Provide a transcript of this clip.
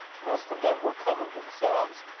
most of them will come of themselves.